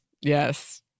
Yes